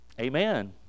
Amen